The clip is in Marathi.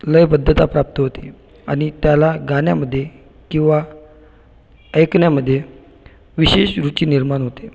लयबद्धता प्राप्त होते आणि त्याला गाण्यामध्ये किंवा ऐकण्यामध्ये विशेष रुचि निर्माण होते